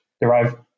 derive